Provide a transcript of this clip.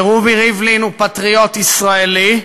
שרובי ריבלין הוא פטריוט ישראלי,